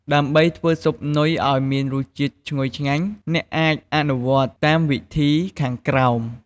ដើម្បីធ្វើស៊ុបនុយឱ្យមានរសជាតិឈ្ងុយឆ្ងាញ់ អ្នកអាចអនុវត្តតាមវិធីខាងក្រោម។